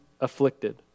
afflicted